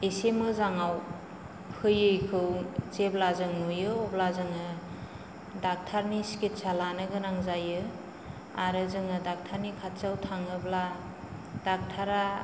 एसे मोजाङाव फैयैखौ जेब्ला जों नुयो अब्ला जोङो डाक्टारनि सिकित्सा लानोगोनां जायो आरो जोङो डाक्टारनि खाथियाव थाङोब्ला डाक्टारा